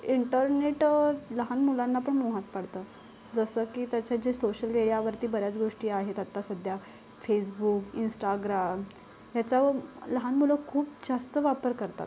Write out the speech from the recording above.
internet लहान मुलांना पण मोहात पाडतं जसं की त्याचे जे सोशल मीडियावरती बऱ्याच गोष्टी आहेत आता सध्या फेसबुक इंस्टाग्राम ह्याचा लहान मुलं खूप जास्त वापर करतात